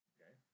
Okay